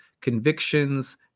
convictions